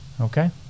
okay